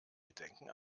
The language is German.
gedenken